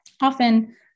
often